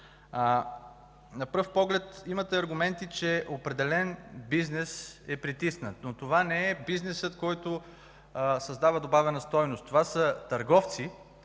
На пръв поглед имате аргументи, че определен бизнес е притиснат, но това не е бизнесът, който създава добавена стойност, това са търговци,